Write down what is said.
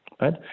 right